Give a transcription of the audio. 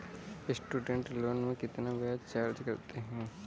Student loan में कितना ब्याज चार्ज करते हैं?